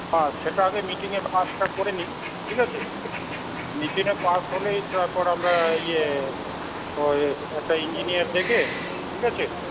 হ্যাঁ সেটা আগে মিটিংয়ে পাশটা করে নিই ঠিক আছে মিটিংয়ে পাশ হলেই তারপর আমরা ইয়ে ওই একটা ইঞ্জিনিয়ার ডেকে ঠিক আছে